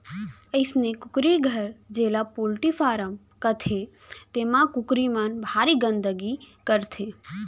अइसने कुकरी घर जेला पोल्टी फारम कथें तेमा कुकरी मन भारी गंदगी करथे